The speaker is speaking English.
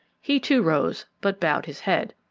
he too rose, but bowed his head.